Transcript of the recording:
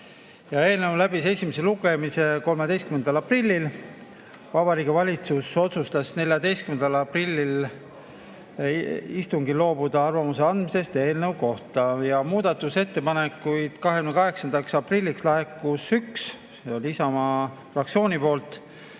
Eelnõu läbis esimese lugemise 13. aprillil. Vabariigi Valitsus otsustas 14. aprilli istungil loobuda arvamuse andmisest eelnõu kohta. Muudatusettepanekuid laekus 28. aprilliks üks, see oli Isamaa fraktsioonilt.